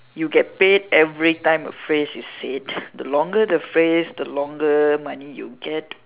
you get paid every time a phrase is said the longer the phrase the longer money you get